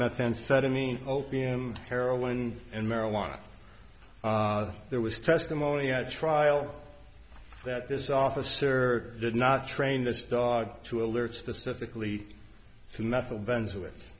methamphetamine opium heroin and marijuana there was testimony at trial that this officer did not train this dog to alert specifically to metal bands w